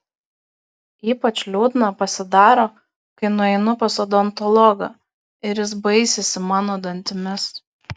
ypač liūdna pasidaro kai nueinu pas odontologą ir jis baisisi mano dantimis